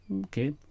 okay